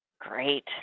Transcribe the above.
Great